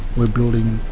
we're building